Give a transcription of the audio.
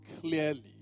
clearly